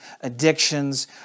addictions